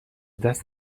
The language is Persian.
دست